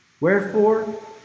Wherefore